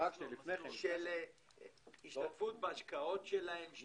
של השתתפות בהשקעות שלהם.